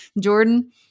Jordan